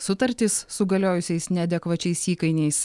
sutartys su galiojusiais neadekvačiais įkainiais